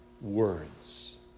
words